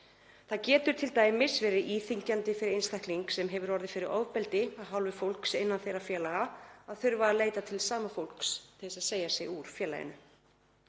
Það getur t.d. verið íþyngjandi fyrir einstakling sem hefur orðið fyrir ofbeldi af hálfu fólks innan þeirra félaga að þurfa að leita til sama fólks til þess að segja sig úr félaginu.